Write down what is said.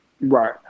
right